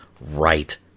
right